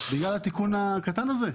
בגלל התיקון הקטן הזה?